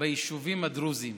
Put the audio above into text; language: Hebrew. ביישובים הדרוזיים.